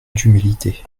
d’humilité